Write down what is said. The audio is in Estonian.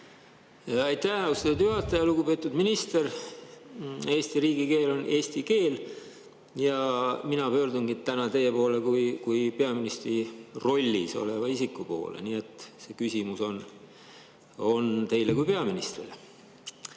Aitäh, austatud juhataja! Lugupeetud minister! Eesti riigi keel on eesti keel ja mina pöördun täna teie poole kui peaministri rollis oleva isiku poole. Nii et see küsimus on teile kui peaministrile.